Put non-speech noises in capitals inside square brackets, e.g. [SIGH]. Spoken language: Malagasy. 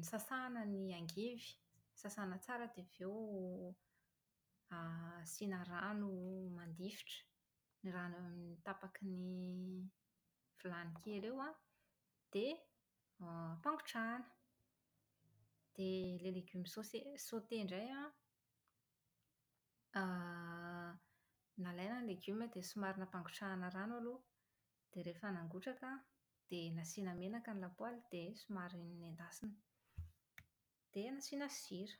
nosasana ny angivy, sasana tsara dia avy eo [HESITATION] > asiana rano mandifotra. Rano eo amin'ny tapaky ny vilany kely eo an, dia [HESITATION] > ampangotrahina. Dia ilay légumes saucés- sautés indray an [HESITATION] > nalaina ny legioma dia somary nampagotrahina rano aloha, dia rehefa nangotraka an, dia nasiana menaka ny lapoaly dia somary nendasina, dia nasiana sira.